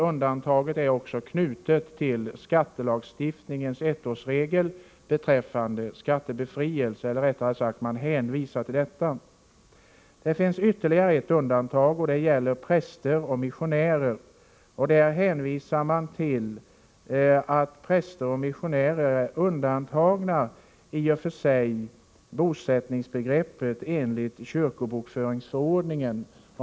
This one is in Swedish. Man hänvisar här till skattelagstiftningens ettårsregel beträffande skattebefrielse. Det finns ytterligare ett undantag, och det gäller präster och missionärer. I det fallet hänvisar man till att präster och missionärer enligt kyrkobokföringsförordningen är särbehandlade i vad gäller kyrkoskrivningen.